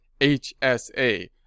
HSA